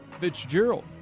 fitzgerald